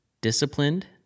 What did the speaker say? Disciplined